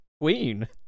queen